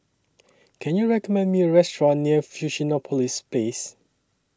Can YOU recommend Me A Restaurant near Fusionopolis Place